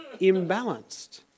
imbalanced